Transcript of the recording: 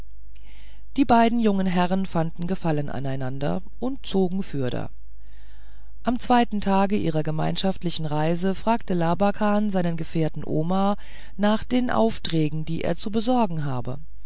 die beiden jungen herren fanden gefallen aneinander und zogen fürder am zweiten tage ihrer gemeinschaftlichen reise fragte labakan seinen gefährten omar nach den aufträgen die er zu besorgen habe